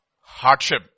Hardship